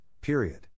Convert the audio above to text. period